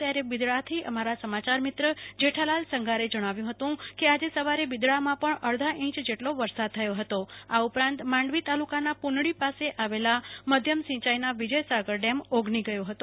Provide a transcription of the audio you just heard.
ત્યારે બિદડાથી અમારા સમાચાર મિત્ર જેઠાલાલ સંઘારે જણાવ્યું હતું કે આજે બપોરે બિદડામાં પણ અડધા ઇંચ જેટલો વરસાદ થયો હતો જેને પગલે માંડવી તાલુકાના પુનડી પાસે આવેલા મધ્યમ સિંચાઈનો વિજય સાગર ડેમ ઓગની ગયો હતો